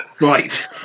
Right